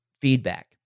feedback